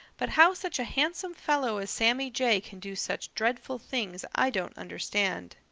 but how such a handsome fellow as sammy jay can do such dreadful things i don't understand.